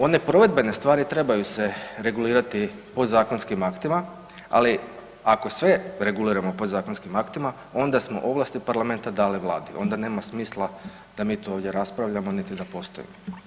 One provedbene stvari trebaju se regulirati podzakonskim aktima, ali ako sve reguliramo podzakonskim aktima onda smo ovlasti Parlamenta dali Vladi onda nema smisla da mi tu ovdje raspravljamo niti da postojimo.